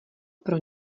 pro